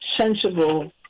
sensible